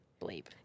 bleep